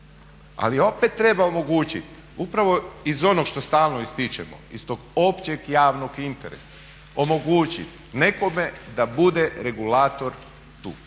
Ali opet treba omogućit upravo iz onog što stalno ističemo, iz tog općeg javnog interesa omogućit nekome da bude regulator tu,